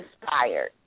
inspired